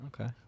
Okay